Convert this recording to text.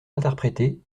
interprétés